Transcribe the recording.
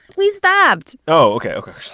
we stopped oh, ok. ok.